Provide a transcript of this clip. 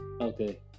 Okay